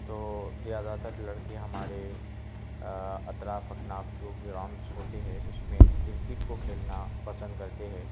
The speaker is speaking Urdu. تو زیادہ تر لڑکے ہمارے اطراف اکناف جو گراؤنڈس ہوتے ہیں اس میں کرکٹ کو کھیلنا پسند کرتے ہے